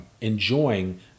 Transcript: enjoying